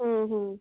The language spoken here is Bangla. হুম হুম